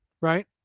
right